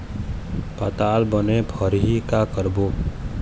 पताल बने फरही का करबो?